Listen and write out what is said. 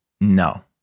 No